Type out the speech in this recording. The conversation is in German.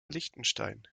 liechtenstein